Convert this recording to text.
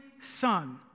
son